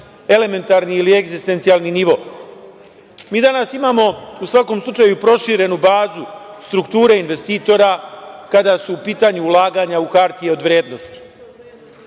elementarni ili egzistencijalni nivo. Mi danas imamo proširenu bazu strukture investitora kada su u pitanju ulaganja u hartije od vrednosti.